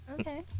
Okay